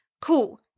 cool